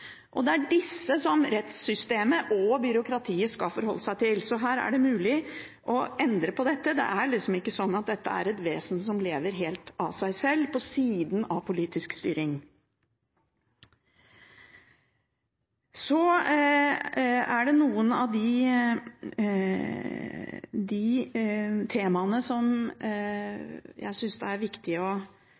og det er disse rettssystemet og byråkratiet skal forholde seg til. Så det er mulig å endre på dette. Det er ikke sånn at dette er et vesen som lever helt av seg sjøl, på siden av politisk styring. Så er det noen temaer som jeg synes det er viktig å diskutere. Det ene er noen av dilemmaene mellom menneskerettighetene. Jeg sitter i Europarådet, og